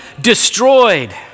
destroyed